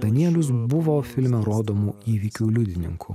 danielius buvo filme rodomų įvykių liudininku